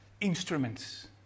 instruments